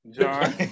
John